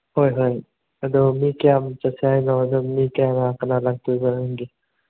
ꯍꯣꯏ ꯍꯣꯏ ꯑꯗꯣ ꯃꯤ ꯀꯌꯥꯃꯨꯛ ꯆꯠꯁꯦ ꯍꯥꯏꯅꯣ ꯑꯗꯣ ꯃꯤ ꯀꯌꯥꯝ ꯀꯅꯥ ꯀꯅꯥ ꯂꯥꯛꯇꯣꯏꯕ ꯅꯪꯒꯤ